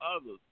others